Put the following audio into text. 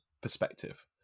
perspective